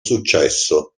successo